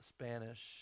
Spanish